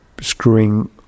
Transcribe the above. screwing